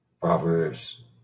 Proverbs